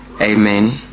amen